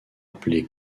appelé